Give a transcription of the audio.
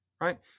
right